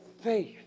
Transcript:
faith